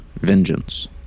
vengeance